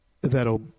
that'll